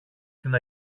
την